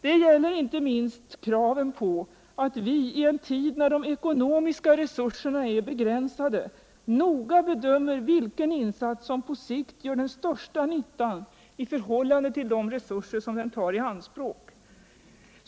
Det gäller inte minst kraven på att vi, i en tid när de ekononviska resurserna är begränsade, noga bedömer vilken insats som på sikt gör den största nyttan i förhållunde till de resurser den tar i anspråk.